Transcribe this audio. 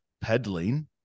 peddling